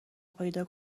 پیدا